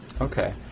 Okay